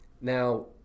Now